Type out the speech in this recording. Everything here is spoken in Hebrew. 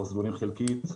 או סגורים חלקית,